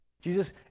Jesus